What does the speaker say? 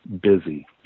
busy